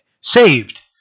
Saved